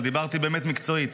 אבל דיברתי באמת מקצועית.